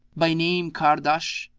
by name kahrdash,